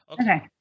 Okay